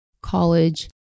college